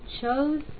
chose